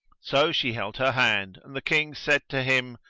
so she held her hand and the kings said to him,